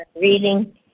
reading